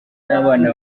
n’abana